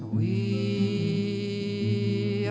we